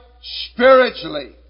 spiritually